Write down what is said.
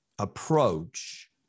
Approach